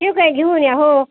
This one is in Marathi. ठीक आहे घेऊन या हो